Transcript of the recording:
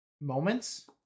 moments